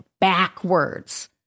backwards